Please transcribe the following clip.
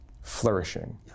flourishing